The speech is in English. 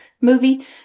movie